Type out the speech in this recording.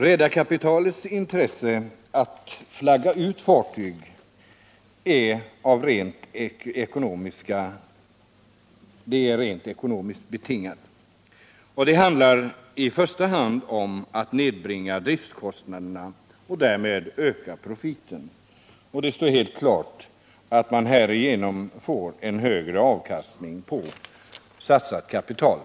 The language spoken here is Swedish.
Redarkapitalets intresse att flagga ut fartyg är rent ekonomiskt betingat. Det handlar i första hand om att nedbringa driftkostnaderna och därmed öka profiten. Det står helt klart att man härigenom får en högre avkastning på satsat kapital.